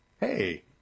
Hey